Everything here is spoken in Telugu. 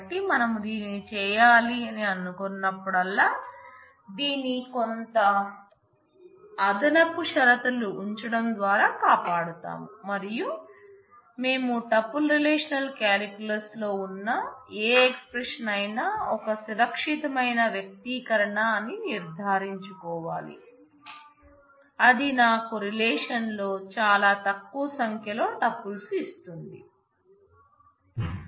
కాబట్టి మనము దీనిని చేయాలని అనుకున్నప్పుడల్లా దీనిని కొంత అదనపు షరతును ఉంచడం ద్వారా కాపాడతాము మరియు మేము టుపుల్ రిలేషనల్ కాలిక్యులస్ లో ఉన్న ఏ ఎక్స్ ప్రెషన్ అయినా ఒక సురక్షితమైన వ్యక్తీకరణ అని నిర్ధారించుకోవాలి అది నాకు రిలేషన్లో చాలా తక్కువ సంఖ్యలో టుపుల్స్ ఇస్తుంది